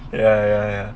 ya ya ya